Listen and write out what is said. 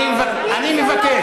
אני מבקש,